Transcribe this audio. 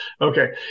Okay